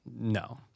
No